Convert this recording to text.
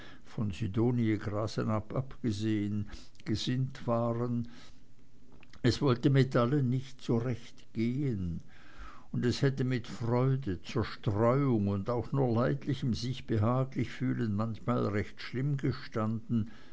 von sidonie grasenabb abgesehen gesinnt waren es wollte mit allen nicht so recht gehen und es hätte mit freude zerstreuung und auch nur leidlichem sich behaglich fühlen manchmal recht schlimm gestanden